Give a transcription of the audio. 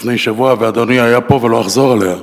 לפני שבוע, ואדוני היה פה, ולא אחזור עליה.